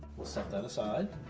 we'll set that aside.